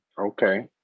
Okay